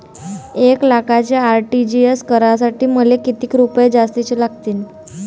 एक लाखाचे आर.टी.जी.एस करासाठी मले कितीक रुपये जास्तीचे लागतीनं?